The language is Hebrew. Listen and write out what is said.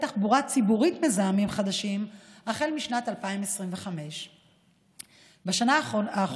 תחבורה ציבורית מזהמים חדשים החל משנת 2025. בשנה האחרונה,